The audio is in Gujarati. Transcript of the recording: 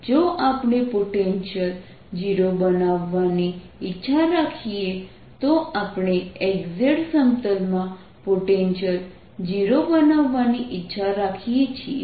જો આપણે પોટેન્શિયલ 0 બનાવવાની ઇચ્છા રાખીએ તો આપણે x z સમતલમાં પોટેન્શિયલ 0 બનાવવાની ઇચ્છા રાખીએ છીએ